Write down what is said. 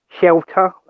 shelter